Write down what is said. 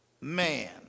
man